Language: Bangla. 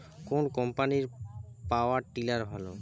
কোন কম্পানির পাওয়ার টিলার ভালো?